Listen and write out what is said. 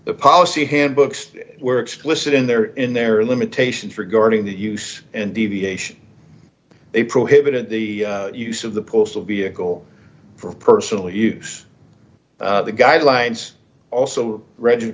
the policy handbooks were explicit in their in their limitations regarding the use and deviation they prohibited the use of the postal vehicle for personal use the guidelines also re